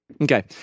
Okay